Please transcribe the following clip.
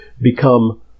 become